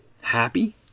happy